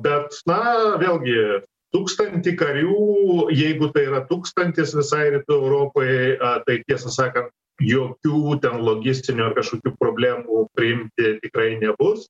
bet na vėlgi tūkstantį karių jeigu tai yra tūkstantis visai rytų europai tai tiesą sakant jokių ten logistinių ar kažkokių problemų priimti tikrai nebus